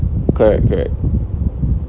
correct correct